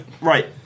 right